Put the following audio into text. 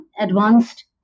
advanced